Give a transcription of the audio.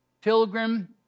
Pilgrim